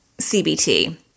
CBT